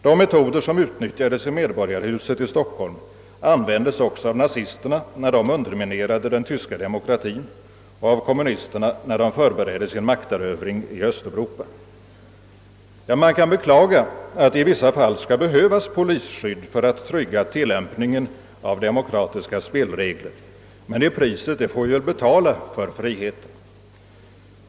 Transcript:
De metoder som utnyttjades i Medborgarhuset i Stockholm användes också av nazisterna, när de underminerade den tyska demokratien, och av kommunisterna när de förberedde sin makterövring i Östeuropa. Man kan beklaga att det i vissa fall skall behövas polisskydd för att trygga tillämpningen av demokratiska spelregler, men det priset får vi väl betala för friheten.